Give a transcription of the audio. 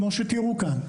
כמו שתיארו כאן,